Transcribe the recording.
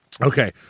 Okay